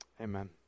Amen